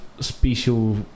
special